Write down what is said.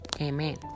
amen